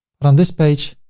but on this page,